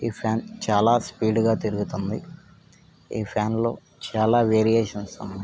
ఈ ఫాన్ చాలా స్పీడ్గా తిరుగుతుంది ఈ ఫ్యాన్లో చాలా వేరియేషన్స్ ఉన్నాయి